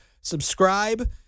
Subscribe